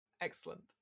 Excellent